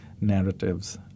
narratives